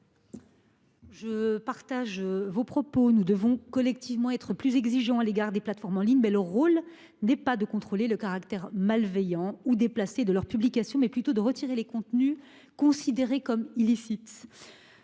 cher collègue : nous devons collectivement être plus exigeants à l'égard des plateformes en ligne. Mais leur rôle n'est pas de contrôler le caractère malveillant ou déplacé de leurs publications, mais plutôt de retirer les contenus considérés comme illicites.